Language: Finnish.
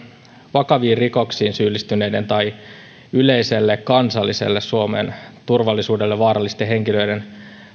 vakaviin rikoksiin syyllistyneiden tai yleiselle kansalliselle eli suomen turvallisuudelle vaarallisten henkilöiden